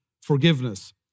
forgiveness